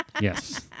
Yes